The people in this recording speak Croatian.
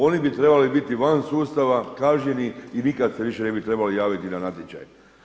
Oni bi trebali biti van sustava kažnjeni i nikad se više ne bi trebali javiti na natječaj.